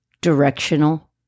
Directional